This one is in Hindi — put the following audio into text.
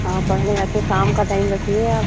हाँ पढ़ने आते शाम का टाइम रखिए आप